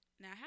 now